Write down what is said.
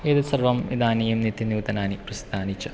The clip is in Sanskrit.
एतत् सर्वम् इदानीं नित्य नूतनानि प्रसिद्धानि च